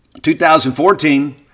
2014